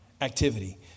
Activity